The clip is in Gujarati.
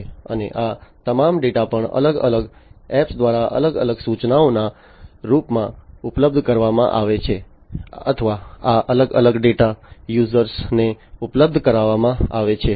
અને આ તમામ ડેટા પણ અલગ અલગ એપ્સ દ્વારા અલગ અલગ સૂચનાઓના રૂપમાં ઉપલબ્ધ કરાવવામાં આવે છે અથવા આ અલગ અલગ ડેટા યુઝર્સdata users0ને ઉપલબ્ધ કરાવવામાં આવે છે